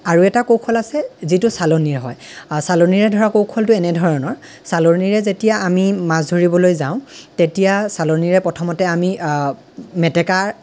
আৰু এটা কৌশল আছে যিটো চালনিৰে হয় চালনিৰে ধৰা কৌশলটো এনে ধৰণৰ চালনিৰে যেতিয়া আমি মাছ ধৰিবলৈ যাওঁ তেতিয়া চালনিৰে প্ৰথমতে আমি মেটেকা